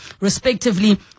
respectively